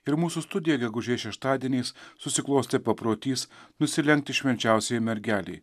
ir mūsų studijoj gegužės šeštadieniais susiklostė paprotys nusilenkti švenčiausiajai mergelei